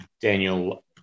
Daniel